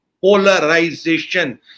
polarization